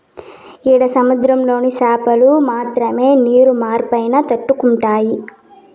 ఈడ సముద్రంలోని చాపలు మాత్రమే నీరు మార్పైనా తట్టుకుంటాయి